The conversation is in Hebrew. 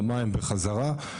למים וחזרה.